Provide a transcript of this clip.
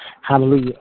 Hallelujah